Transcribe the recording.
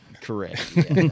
correct